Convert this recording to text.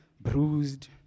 bruised